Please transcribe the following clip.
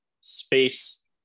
space